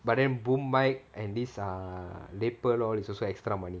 but then boom microphone and this err lapel all is also extra money